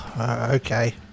Okay